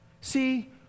See